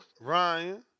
Ryan